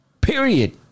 Period